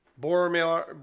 Boromir